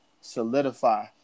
solidify